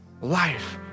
life